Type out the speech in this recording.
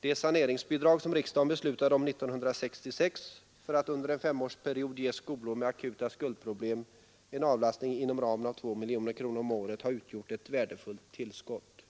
de saneringsbidrag som riksdagen beslutade om 1966 för att under en femårsperiod ge skolor med akuta skuldproblem en avlastning inom ramen av 2 miljoner kronor om året har utgjort ett värdefullt tillskott.